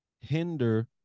hinder